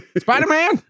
Spider-Man